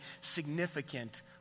significant